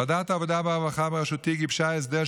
ועדת העבודה והרווחה בראשותי גיבשה הסדר,